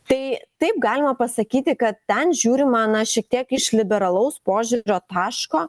tai taip galima pasakyti kad ten žiūrima na šiek tiek iš liberalaus požiūrio taško